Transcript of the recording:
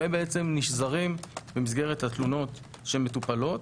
והם בעצם נשזרים במסגרת התלונות שמטופלות,